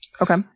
Okay